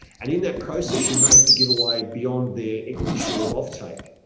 and in that process you may have to give away beyond their equity share of offtake,